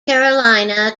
carolina